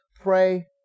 pray